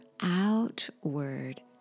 outward